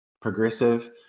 progressive